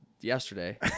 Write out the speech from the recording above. yesterday